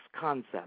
concept